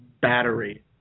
battery